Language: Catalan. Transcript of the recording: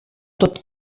tot